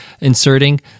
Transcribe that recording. inserting